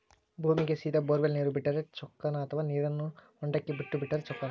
ಭೂಮಿಗೆ ಸೇದಾ ಬೊರ್ವೆಲ್ ನೇರು ಬಿಟ್ಟರೆ ಚೊಕ್ಕನ ಅಥವಾ ನೇರನ್ನು ಹೊಂಡಕ್ಕೆ ಬಿಟ್ಟು ಬಿಟ್ಟರೆ ಚೊಕ್ಕನ?